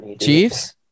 Chiefs